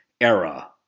era